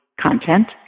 content